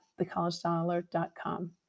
thecollegedollar.com